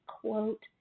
quote